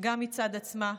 גם מצד עצמה,